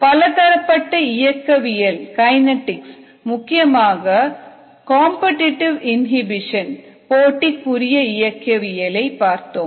பலதரப்பட்ட இயக்கவியல்கள் முக்கியமாக போட்டிக்குரிய இயக்கவியல் பார்த்தோம்